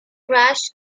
crash